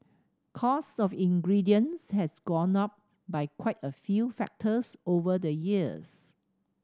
cost of ingredients has gone up by quite a few factors over the years